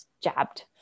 jabbed